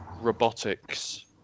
Robotics